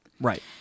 right